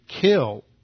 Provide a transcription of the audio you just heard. kill